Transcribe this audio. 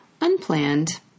unplanned